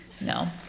no